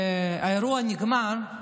שהאירוע נגמר,